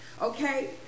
okay